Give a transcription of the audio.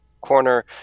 corner